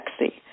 sexy